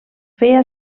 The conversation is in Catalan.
feia